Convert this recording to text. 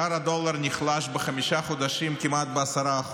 שער הדולר נחלש בחמישה חודשים כמעט ב-10%,